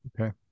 Okay